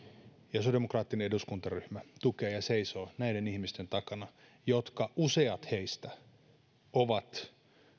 sosiaalidemokraattinen eduskuntaryhmä tukee ja seisoo näiden ihmisten takana joista useat ovat